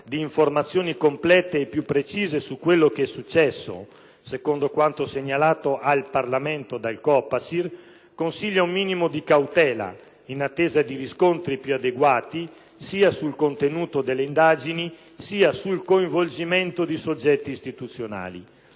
di informazioni complete e più precise su quanto è successo, secondo quanto segnalato al Parlamento dal COPASIR, consiglia un minimo di cautela, in attesa di riscontri più adeguati, sia sul contenuto delle indagini sia sul coinvolgimento di soggetti istituzionali.